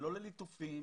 לא לליטופים